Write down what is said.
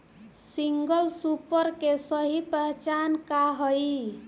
Single super के सही पहचान का हई?